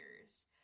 years